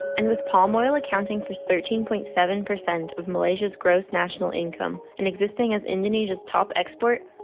and with palm oil accounting for thirteen point seven percent of malaysia's gross national income and existing as indonesia's top export,